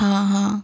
हाँ हाँ